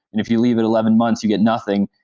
if you leave at eleven months, you get nothing,